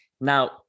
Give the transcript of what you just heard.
now